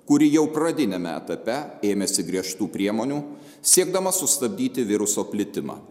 kuri jau pradiniame etape ėmėsi griežtų priemonių siekdama sustabdyti viruso plitimą